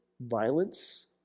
violence